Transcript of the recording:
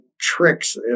tricks